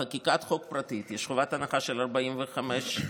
בחקיקת חוק פרטית יש חובת הנחה של 45 יום,